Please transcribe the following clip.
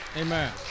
Amen